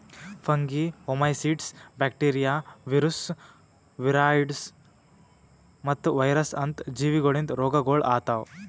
fungi, oomycetes, bacteria, viruses, viroids ಮತ್ತ virus ಅಂತ ಜೀವಿಗೊಳಿಂದ್ ರೋಗಗೊಳ್ ಆತವ್